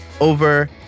over